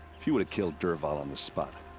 she woulda killed dervahl on the spot.